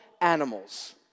animals